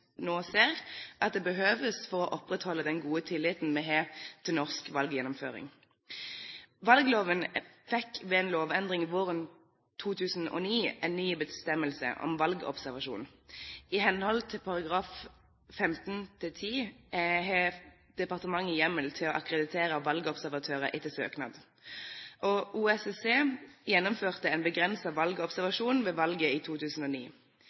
nå ser at det behøves for å opprettholde den gode tilliten vi har til norsk valggjennomføring. Valgloven fikk ved en lovendring våren 2009 en ny bestemmelse om valgobservasjon. I henhold til § 15-10 har departementet hjemmel til å akkreditere valgobservatører etter søknad. OSSE gjennomførte en begrenset valgobservasjon ved valget i 2009.